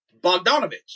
Bogdanovich